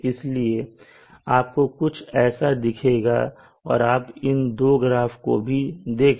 इसलिए आपको कुछ ऐसा दिखेगा और आप इन दो ग्राफ को भी देखें